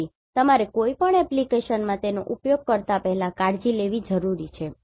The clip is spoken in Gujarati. તેથી તમારે કોઈપણ એપ્લિકેશનમાં તેનો ઉપયોગ કરતા પહેલા કાળજી લેવાની જરૂર છે